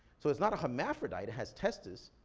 so it's not a hermaphrodite, it has testes,